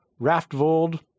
Raftvold